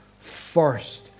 first